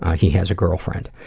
ah he has a girlfriend.